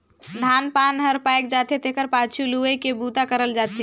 धान पान हर पायक जाथे तेखर पाछू लुवई के बूता करल जाथे